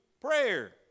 prayer